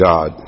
God